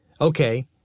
Okay